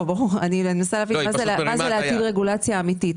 אני מנסה להבין מה זה להטיל רגולציה אמיתית.